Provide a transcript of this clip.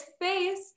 face